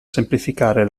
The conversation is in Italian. semplificare